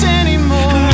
anymore